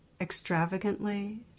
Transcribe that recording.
extravagantly